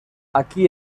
aquí